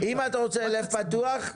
רוצה לב פתוח אתי,